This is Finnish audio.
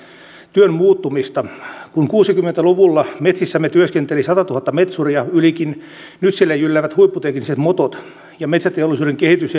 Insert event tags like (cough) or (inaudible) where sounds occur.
työn muuttumista kun kuusikymmentä luvulla metsissämme työskenteli satatuhatta metsuria ylikin nyt siellä jylläävät huipputekniset motot ja metsäteollisuuden kehitys (unintelligible)